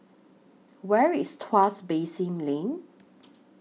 Where IS Tuas Basin Lane